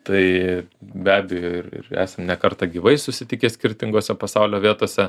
tai be abejo ir ir esam ne kartą gyvai susitikę skirtingose pasaulio vietose